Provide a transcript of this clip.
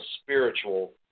spiritual